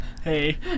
Hey